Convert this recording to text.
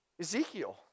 Ezekiel